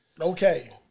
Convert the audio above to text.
okay